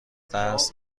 دست